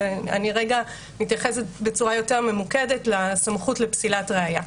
אבל אני רגע מתייחסת בצורה יותר ממוקדת לסמכות לפסילת ראיה.